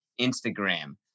Instagram